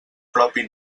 propi